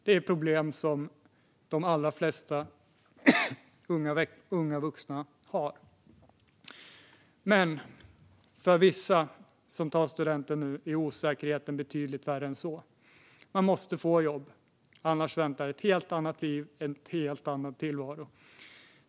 Det är problem som de allra flesta unga vuxna har. Men för vissa som tar studenten nu är osäkerheten betydligt värre än så. De måste få jobb, annars väntar ett helt annat liv och en helt annan tillvaro.